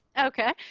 okay.